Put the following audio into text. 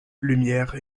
lumière